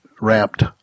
wrapped